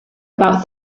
about